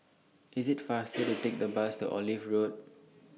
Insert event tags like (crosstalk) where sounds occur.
IS IT faster (noise) to Take The Bus to Olive Road